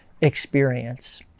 experience